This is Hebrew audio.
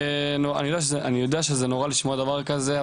אני יודע שזה נורא לשמוע דבר כזה,